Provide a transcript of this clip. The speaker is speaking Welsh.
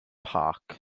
park